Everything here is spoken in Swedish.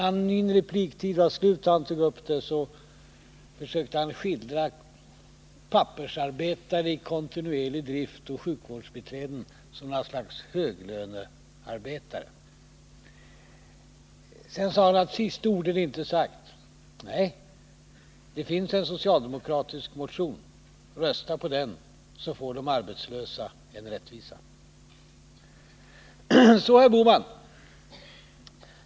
När min repliktid var slut och han tog upp frågan försökte han skildra pappersarbetare i kontinuerlig drift och sjukvårdsbiträden som något slags höglönearbetare. Sedan yttrade han att det sista ordet inte är sagt. Nej, det finns en socialdemokratisk motion. Rösta på den, så får de arbetslösa rättvisa. Så till herr Bohman.